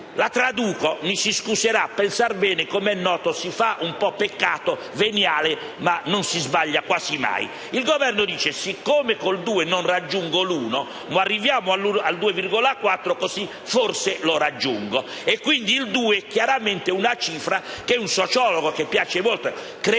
La traduco (mi si scuserà ma, a pensar bene, come è noto, si fa peccato veniale ma non si sbaglia quasi mai): il Governo dice: siccome con il due per cento non raggiungo l'uno, arriviamo al 2,4, così forse lo raggiungo. Quindi il 2 è chiaramente una cifra che un sociologo che piace molto - credo che